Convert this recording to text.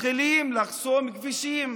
מתחילים לחסום כבישים.